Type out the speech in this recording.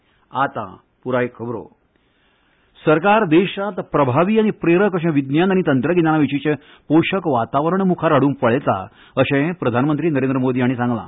P M सरकार देशात प्रभावी आनी प्रेरक अशें विज्ञान आनी तंत्रगिज्ञानाविशीचे पोषक वातावरण मुखार हांडूंक पळयता अशें प्रधानमंत्री नरेंद्र मोदी हांणी सांगला